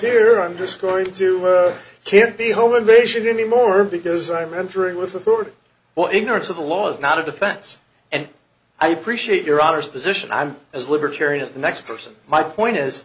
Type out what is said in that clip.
here i'm just going to can't be a home invasion anymore because i'm entering with authority or ignorance of the law is not a defense and i appreciate your honor's position i'm as libertarians the next person my point is